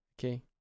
okay